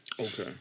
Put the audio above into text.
Okay